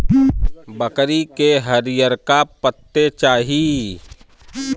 बकरी के हरिअरका पत्ते चाही